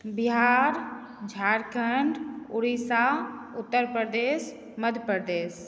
Bihar Jharkhand Orissa Uttar Pradesh Madhya Pradesh